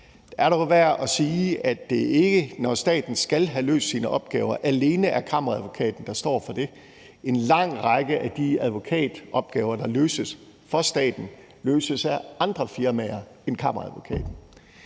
at det ikke, når staten skal have løst sine opgaver, alene er Kammeradvokaten, der står for det. En lang række af de advokatopgaver, der løses for staten, løses af andre firmaer end Kammeradvokaten.